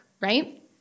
right